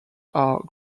are